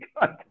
God